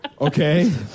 Okay